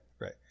right